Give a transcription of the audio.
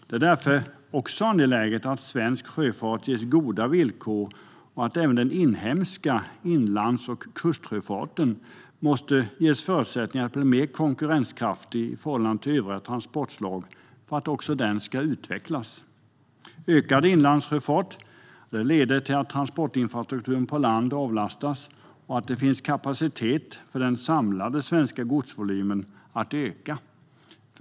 Det är därför angeläget att svensk sjöfart ges goda villkor och att även den inhemska inlands och kustsjöfarten ges förutsättningar att bli mer konkurrenskraftig i förhållande till övriga transportslag och kan utvecklas. Ökad inlandssjöfart leder till att transportinfrastrukturen på land avlastas och att det finns kapacitet för den samlade svenska godsvolymen att öka.